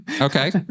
Okay